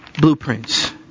blueprints